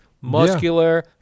muscular